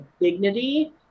dignity